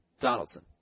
Donaldson